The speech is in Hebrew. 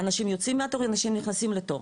אנשים יוצאים מהתור ואנשים נכנסים לתור,